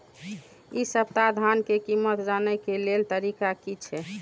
इ सप्ताह धान के कीमत जाने के लेल तरीका की छे?